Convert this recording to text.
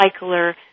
recycler